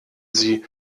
sie